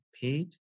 paid